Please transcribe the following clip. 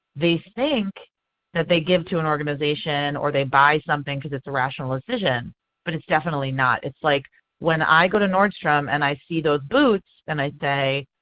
they think that they give to an organization or they buy something because it's a rational decision but it's definitely not. it's like when i go to nordstrom and i see those boots and i say,